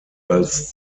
als